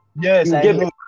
Yes